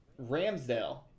Ramsdale